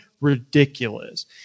ridiculous